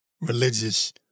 religious